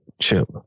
Chip